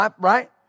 Right